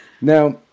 Now